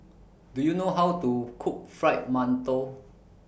Do YOU know How to Cook Fried mantou